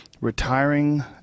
retiring